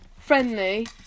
friendly